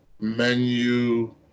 menu